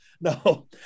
no